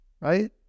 right